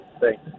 Thanks